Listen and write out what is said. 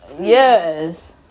Yes